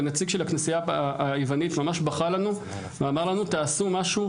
ונציג של הכנסייה היוונית ממש בכה לנו ואמר לנו: תעשו משהו,